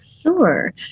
Sure